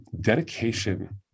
dedication